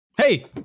Hey